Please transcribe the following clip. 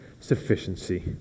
sufficiency